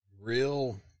Real